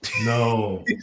No